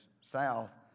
South